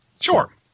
Sure